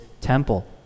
temple